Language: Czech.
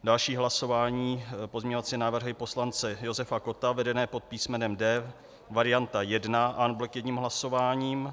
Další hlasování pozměňovací návrhy poslance Josefa Kotta vedené pod písmenem D varianta 1 en bloc jedním hlasováním.